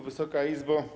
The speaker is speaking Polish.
Wysoka Izbo!